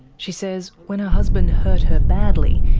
she says when her husband hurt her badly,